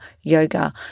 yoga